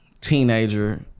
teenager